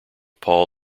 paul